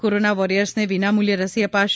corona વોરિયર્સને વિના મૂલ્યે રસી અપાશે